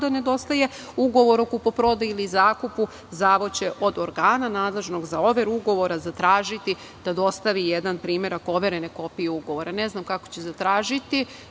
nedostaje ugovor o kupoprodaji ili zakupu, zavod će od organa nadležnog za overu ugovora zatražiti da dostavi jedan primerak overene kopije ugovora. Ne znam kako će zatražiti,